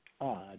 odd